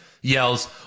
yells